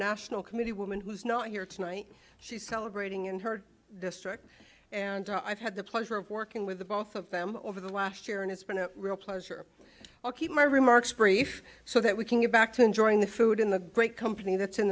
national committee woman who's not here tonight she's celebrating in her district and i've had the pleasure of working with both of them over the last year and it's been a real pleasure i'll keep my remarks brief so that we can get back to enjoying the food in the great company that's in